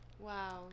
Wow